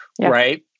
right